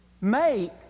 make